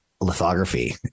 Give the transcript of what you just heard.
Lithography